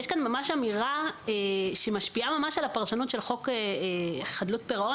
יש כאן ממש אמירה שמשפיעה על הפרשנות של חוק חדלות פירעון